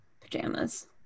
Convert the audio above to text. pajamas